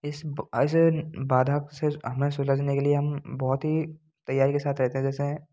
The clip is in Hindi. इस ऐसे बाधक से हमें सुलझने के लिए हम बहोत ही तैयारी के साथ रहते हैं जैसे